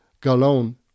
Gallon